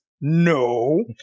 No